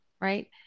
right